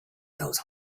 those